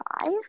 five